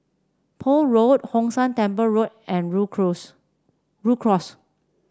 Poole Road Hong San Temple Road and Rhu Rhu Cross